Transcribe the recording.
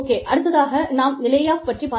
அடுத்ததாக நாம் lay off பற்றிப் பார்க்கலாம்